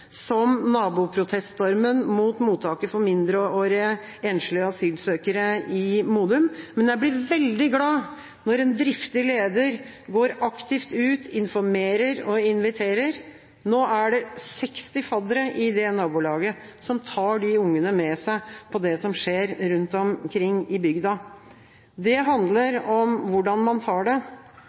som naboproteststormen mot mottaket for mindreårige enslige asylsøkere i Modum. Men jeg blir veldig glad når en driftig leder går aktivt ut, informerer og inviterer. Nå er det 60 faddere i det nabolaget som tar disse ungene med seg på det som skjer rundt omkring i bygda. Det handler om hvordan man tar det.